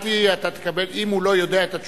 אם הוא לא יודע את התשובה,